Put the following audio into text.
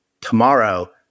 tomorrow